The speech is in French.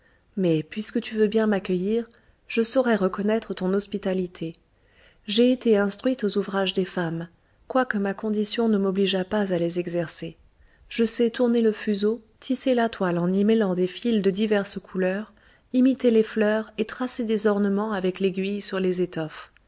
mais puisque tu veux bien m'accueillir je saurai reconnaître ton hospitalité j'ai été instruite aux ouvrages de femmes quoique ma condition ne m'obligeât pas à les exercer je sais tourner le fuseau tisser la toile en y mêlant des fils de diverses couleurs imiter les fleurs et tracer des ornements avec l'aiguille sur les étoffes